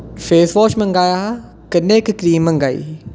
face wash मंगाया हा कन्नै इक क्रीम मंगाई ही